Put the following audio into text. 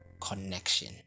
connection